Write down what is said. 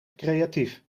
creatief